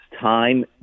time